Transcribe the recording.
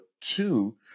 two